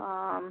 ആ ഉം